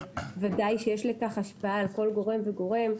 וודאי שיש לכך השפעה על כל גורם וגורם,